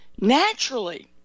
naturally